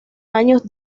años